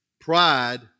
Pride